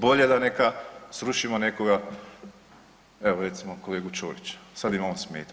Bolje da neka srušimo nekoga, evo recimo kolegu Ćorića, sad im on smeta.